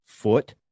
foot